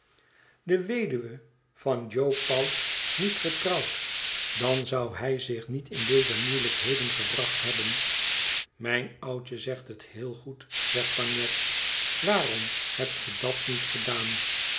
de weduwe van joe pouch niet getrouwd dan zou hij zich niet in deze moeielijkheden gebracht hebben mijn oudje zegt het heel goed zegt bagnet waarom hebt ge dat niet gedaan